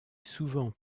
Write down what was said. souvent